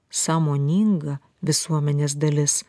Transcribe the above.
sąmoninga visuomenės dalis